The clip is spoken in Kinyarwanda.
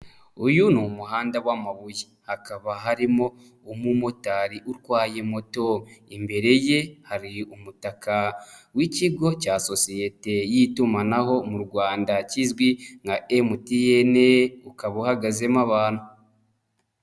Uyu ni umuhanda w'amabuye. Hakaba harimo umumotari utwaye moto. Imbere ye hari umutaka w'ikigo cya sosiyete y'itumanaho mu Rwanda kizwi nka Emutiyene, ukaba uhagazemo abantu.